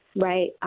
right